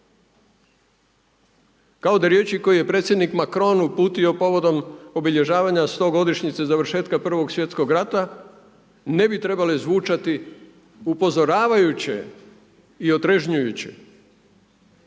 Kao da riječi koje je predsjednik Macron uputio povodom obilježavanja 100-godišnjice završetka Prvog svjetskog rata ne bi trebale zvučati upozoravajuće i otrežnjujuće